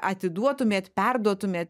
atiduotumėt perduotumėt